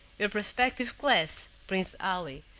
your perspective glass, prince ali,